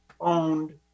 owned